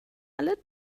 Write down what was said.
alle